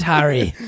Harry